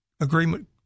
agreement